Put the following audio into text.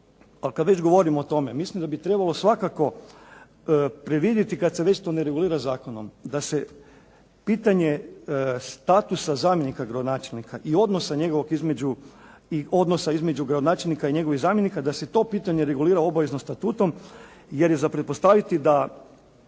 Ali kada već govorimo o tome, mislim da bi trebalo svakako predvidjeti kada se već to ne regulira zakonom, da se pitanje statusa zamjenika gradonačelnika i odnosa njegovog između, i odnosa između gradonačelnika i njegovih zamjenika, da se to pitanje regulira obavezno statutom jer je za pretpostaviti da